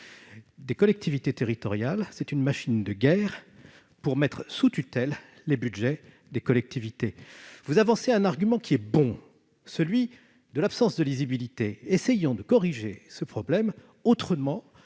des collectivités territoriales serait une machine de guerre pour mettre sous tutelle les budgets des collectivités. Vous avancez un argument qui est bon, celui de l'absence de visibilité. Essayons de corriger ce problème autrement